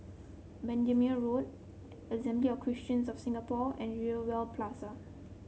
Bendemeer Road Assembly of Christians of Singapore and Rivervale Plaza